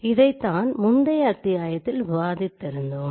இதைத்தான் முந்தைய அத்தியாயத்தில் விவாதித்திருந்தோம்